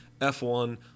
F1